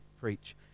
preach